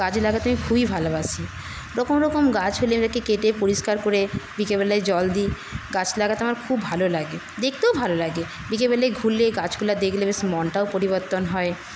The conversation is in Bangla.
গাছ লাগাতে আমি খুবই ভালোবাসি রকম রকম গাছ হলে কেটে পরিষ্কার করে বিকেলবেলায় জল দিই গাছ লাগাতে আমার খুব ভালো লাগে দেখতেও ভালো লাগে বিকেলবেলায় ঘুরলে গাছগুলো দেখলে বেশ মনটাও পরিবর্তন হয়